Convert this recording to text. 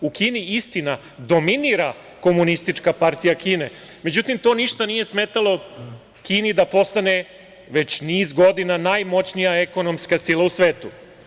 U Kini, istina, dominira Komunistička partija Kine, međutim to ništa nije smetalo Kini da postane, već niz godina, najmoćnija ekonomska sila u svetu.